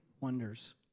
wonders